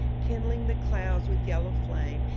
kindling the clouds with yellow flame,